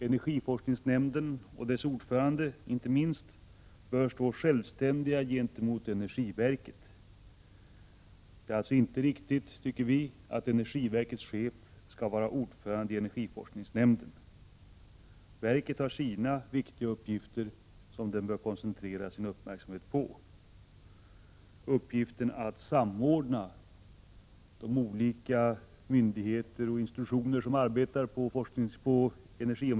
Energiforskningsnämnden och inte minst dess ordförande bör stå självständiga gentemot energiverket. Vi tycker alltså inte att det är riktigt att energiverkets chef skall vara ordförande i energiforskningsnämnden. Verket har viktiga uppgifter som det bör koncentrera sin uppmärksamhet på. Uppgiften att samordna de olika myndigheter och institutioner som arbetar på energiområdet bör åligga regeringen.